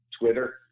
Twitter